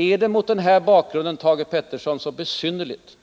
Är det mot den bakgrunden, Thage Peterson, så besynnerligt